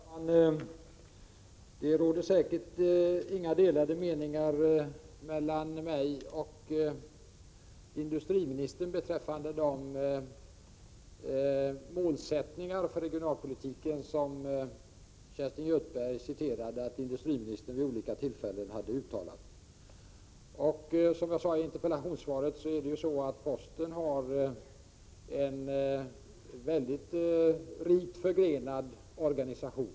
Herr talman! Det råder säkert inga delade meningar mellan mig och industriministern beträffande de målsättningar för regionalpolitiken som industriministern uttalat vid olika tillfällen enligt de citat Kerstin Göthberg åberopade. Som jag sade i interpellationssvaret har posten en väldigt rikt förgrenad organisation.